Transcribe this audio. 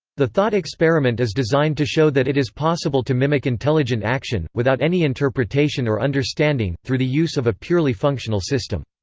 the thought experiment is designed to show that it is possible to mimic intelligent action, without any interpretation or understanding, through the use of a purely functional system.